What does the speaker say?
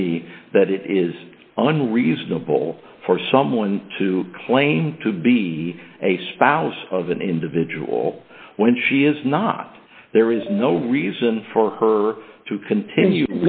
me that it is unreasonable for someone to claim to be a spouse of an individual when she is not there is no reason for her to continue